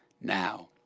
now